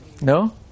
No